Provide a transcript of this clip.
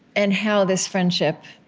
and how this friendship